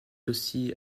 aussi